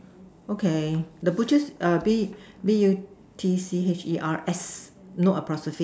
okay the butchers err B B U T C H E R S no apostrophe